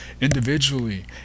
individually